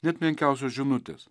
net menkiausios žinutės